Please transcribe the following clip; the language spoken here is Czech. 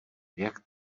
jak